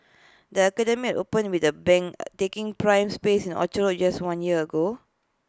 the academy opened with A bang taking prime space in Orchard road just one year ago